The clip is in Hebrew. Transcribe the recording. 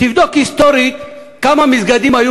תבדוק היסטורית כמה מסגדים היו